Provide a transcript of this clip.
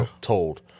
told